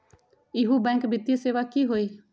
इहु बैंक वित्तीय सेवा की होई?